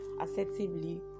assertively